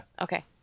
Okay